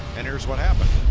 and here's what happened.